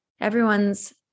everyone's